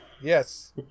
Yes